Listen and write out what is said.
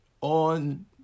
on